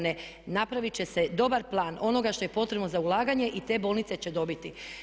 Ne, napravit će se dobar plan onoga što je potrebno za ulaganje i te bolnice će dobiti.